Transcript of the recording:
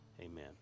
amen